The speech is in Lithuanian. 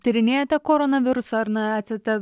tyrinėjate koronavirusą ar na esate